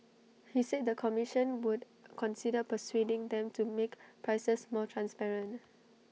he said the commission would consider persuading them to make prices more transparent